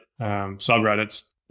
subreddits